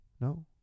no